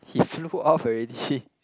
he flew off already